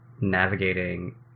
navigating